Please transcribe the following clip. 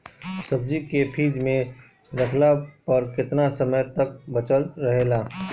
सब्जी के फिज में रखला पर केतना समय तक बचल रहेला?